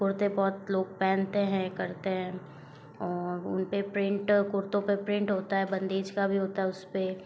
कुर्ते बहुत लोग पहनते है करते हैं और उनपे प्रिंट कुर्तों पर प्रिंट होता है बंधेज का भी होता है उसपे